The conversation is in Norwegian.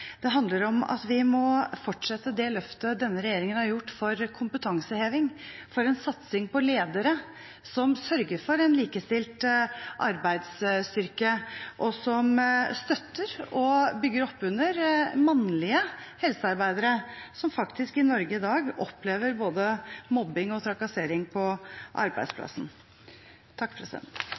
Det handler om at vi må fortsette det løftet denne regjeringen har gjort for kompetanseheving, for en satsing på ledere som sørger for en likestilt arbeidsstyrke, og som støtter og bygger opp under mannlige helsearbeidere, som i Norge i dag faktisk opplever både mobbing og trakassering på arbeidsplassen.